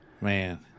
Man